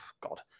God